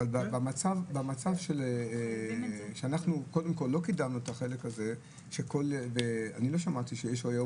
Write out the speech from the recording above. לא קידמנו את החלק הזה ואני לא שמעתי שיש היום